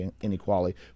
inequality